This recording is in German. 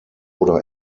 oder